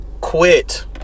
quit